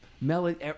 melody